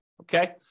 okay